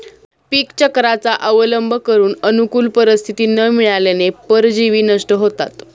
पीकचक्राचा अवलंब करून अनुकूल परिस्थिती न मिळाल्याने परजीवी नष्ट होतात